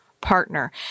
partner